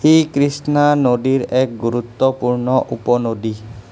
ই কৃষ্ণা নদীৰ এক গুৰুত্বপূৰ্ণ উপনদী